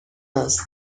است